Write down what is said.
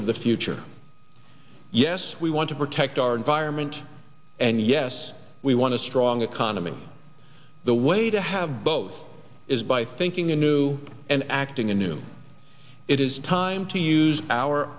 of the future yes we want to protect our environment and yes we want to strong economy the way to have both is by thinking anew and acting the new it is time to use our